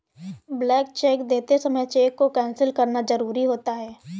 blank cheque देते समय cheque को कैंसिल करना जरुरी होता है